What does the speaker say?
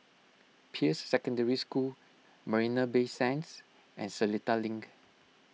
Peirce Secondary School Marina Bay Sands and Seletar Link